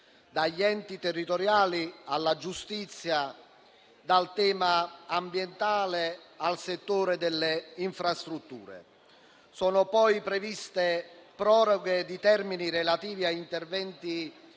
dagli enti territoriali alla giustizia, dal tema ambientale al settore delle infrastrutture. Sono poi previste proroghe di termini relativi a interventi